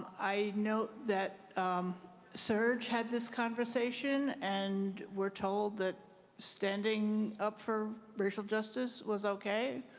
i note that surg had this conversation and we're told that standing up for racial justice was okay.